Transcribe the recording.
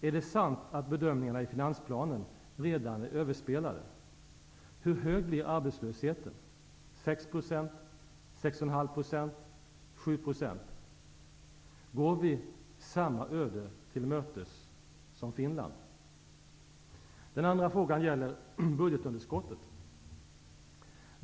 Är det sant att bedömningarna i finansplanen redan är överspelade? Hur hög blir arbetslösheten -- 6 %, 6,5 %, 7 %? Går vi samma öde till mötes som 2.